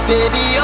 Baby